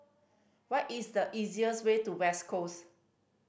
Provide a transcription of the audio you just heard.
what is the easiest way to West Coast